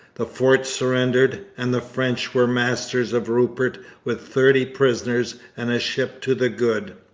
the fort surrendered, and the french were masters of rupert with thirty prisoners and a ship to the good.